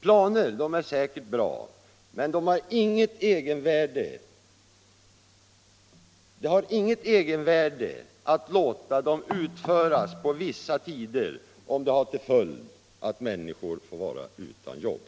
Planer är säkerligen bra, men man bör inte fullfölja dem vid vissa bestämda tider om det får till följd att människor blir utan jobb.